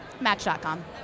match.com